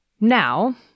now